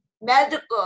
medical